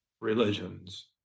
religions